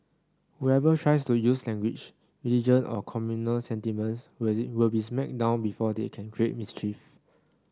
whoever tries to use language religion or communal sentiments will be smacked down before they can create mischief